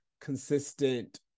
consistent